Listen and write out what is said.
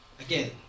Again